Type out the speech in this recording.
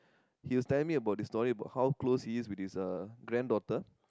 he was telling me about this story about how close he is with uh his granddaughter